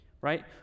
right